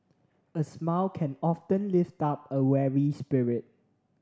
a smile can often lift up a weary spirit